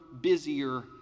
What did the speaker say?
busier